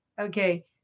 Okay